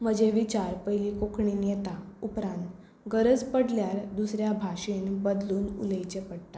म्हजे विचार पयलीं कोंकणींत येता उपरांत गरज पडल्यार दुसऱ्या भाशेंत बदलून उलयचें पडटा